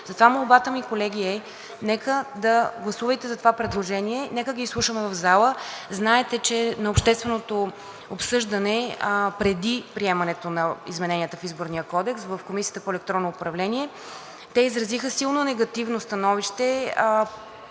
Затова молбата ми, колеги, е: гласувайте за това предложение, нека да изслушаме в залата. Знаете, че на общественото обсъждане преди приемането на измененията в Изборния кодекс в Комисията по електронно управление те изразиха силно негативно становище